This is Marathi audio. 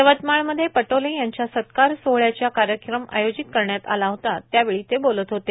यवतमाळ मध्ये काल पटोले यांच्या सत्कार सोहळ्याचा कार्यक्रम आयोजित करण्यात आला होता यावेळी ते बोलत होते